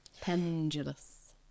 Pendulous